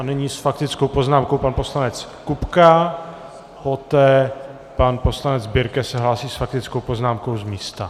A nyní s faktickou poznámkou pan poslanec Kupka, poté pan poslanec Birke se hlásí s faktickou poznámkou z místa.